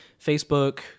Facebook